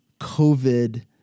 COVID